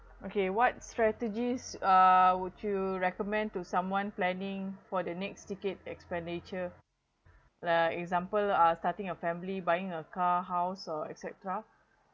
okay what strategies uh would you recommend to someone planning for the next decade expenditure like example uh starting a family buying a car house or et cetera